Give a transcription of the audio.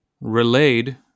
Relayed